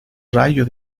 rayo